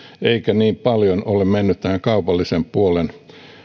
eikä niin paljon ole mennyt kaupallisen puolen